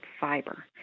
fiber